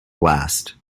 blast